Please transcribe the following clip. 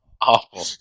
awful